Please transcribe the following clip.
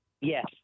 yes